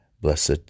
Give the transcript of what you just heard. blessed